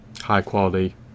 high-quality